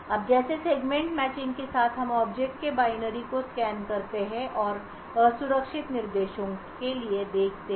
अब जैसे segment matching के साथ हम ऑब्जेक्ट के बाइनरी को स्कैन करते हैं और असुरक्षित निर्देशों के लिए देखते हैं